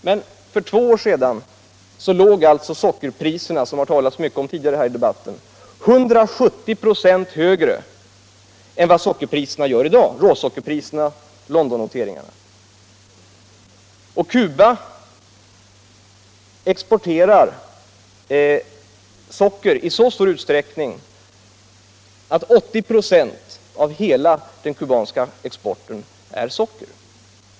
Men för två år sedan låg sockerpriserna, som det har talats så mycket om tidigare här i debatten, 170 ?å högre än vad råsockerpriserna enligt Londonnotering är i dag. Cuba exporterar socker i så stor utsträckning att 80 24 av landets hela export är socker.